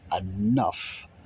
enough